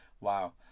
wow